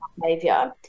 behavior